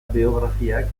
biografiak